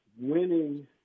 winning